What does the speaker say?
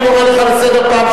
אני קורא לך לסדר פעם ראשונה.